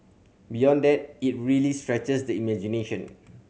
beyond that it really stretches the imagination